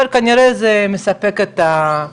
אבל זה כנראה מספק את האזרחים